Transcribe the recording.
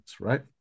right